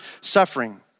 suffering